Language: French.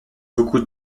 beaucoup